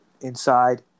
inside